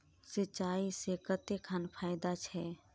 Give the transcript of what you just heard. सिंचाई से कते खान फायदा छै?